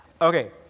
Okay